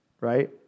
right